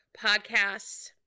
podcasts